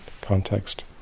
context